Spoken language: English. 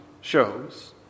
shows